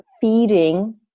feeding